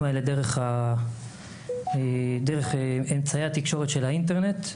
האלה דרך אמצעי התקשורת של האינטרנט.